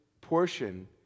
portion